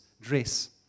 dress